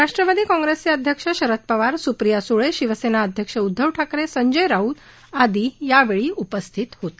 राष्ट्रवादी काँग्रेसचे अध्यक्ष शरद पवार सुप्रिया सुळे शिवसेना अध्यक्ष उद्धव ठाकरे संजय राऊत आदी यावेळी उपस्थित होते